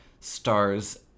stars